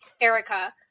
Erica